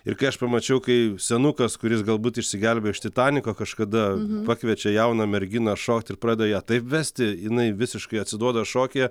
ir kai aš pamačiau kai senukas kuris galbūt išsigelbėjo iš titaniko kažkada pakviečia jauną merginą šokt ir pradeda ją taip vesti jinai visiškai atsiduoda šokyje